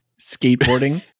Skateboarding